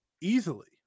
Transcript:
easily